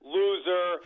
loser